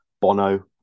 Bono